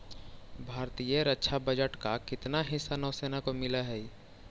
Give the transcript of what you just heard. भारतीय रक्षा बजट का कितना हिस्सा नौसेना को मिलअ हई